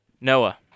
Noah